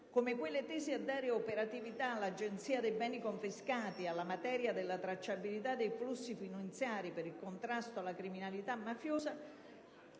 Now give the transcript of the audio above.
come quelle tese a dare operatività all'Agenzia dei beni confiscati e alla materia della tracciabilità dei flussi finanziari per il contrasto alla criminalità mafiosa